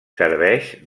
serveix